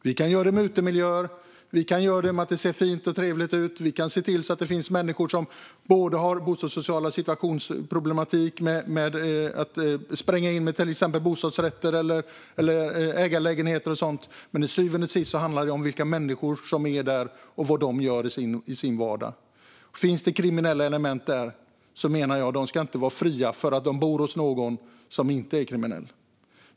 Vi kan förbättra utemiljön så den blir fin och trevlig, och vi kan blanda bostadssociala bostäder med bostadsrätter och ägarlägenheter. Till syvende och sist handlar det dock om vilka människor som finns i området och vad de gör i sin vardag. Om det finns kriminella element där ska de inte gå fria för att de bor hos någon som inte är kriminell.